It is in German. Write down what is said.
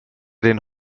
den